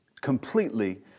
completely